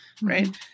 Right